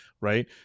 right